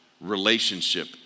relationship